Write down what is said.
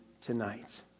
tonight